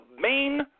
main